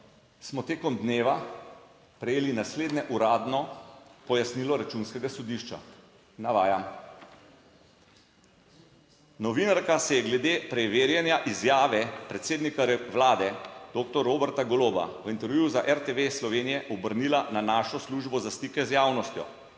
smo tekom dneva prejeli naslednje. Uradno pojasnilo Računskega sodišča. Navajam: "Novinarka se je glede preverjanja izjave predsednika vlade doktor Roberta Goloba v intervjuju za RTV Slovenija obrnila na našo službo za stike z javnostjo."